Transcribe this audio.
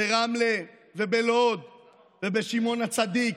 ברמלה ובלוד ובשמעון הצדיק,